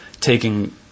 taking